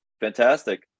fantastic